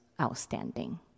outstanding